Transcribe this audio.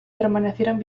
permanecieron